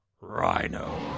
Rhino